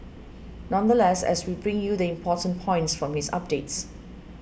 nonetheless as we bring you the important points from his updates